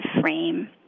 frame